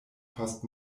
post